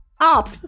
up